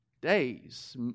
days